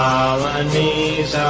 Colonies